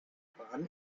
bahn